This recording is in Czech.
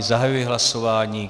Zahajuji hlasování.